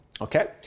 okay